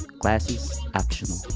glasses optional.